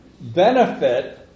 benefit